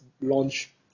launch